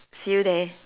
see you there